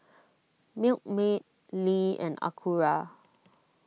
Milkmaid Lee and Acura